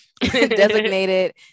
designated